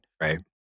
Right